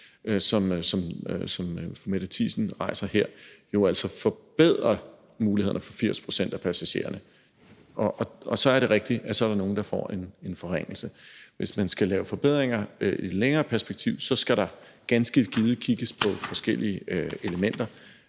fru Mette Thiesen her rejser spørgsmål om, forbedrer mulighederne for 80 pct. af passagererne. Så er det rigtigt, at der er nogle, der får en forringelse. Hvis man skal lave forbedringer i det længere perspektiv, skal der ganske givet kigges på forskellige elementer,